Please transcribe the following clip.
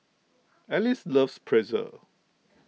Alice loves Pretzel